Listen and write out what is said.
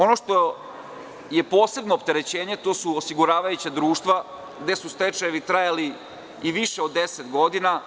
Ono što je posebno opterećenje, to su osiguravajuća društva, gde su stečajevi trajali i više od 10 godina.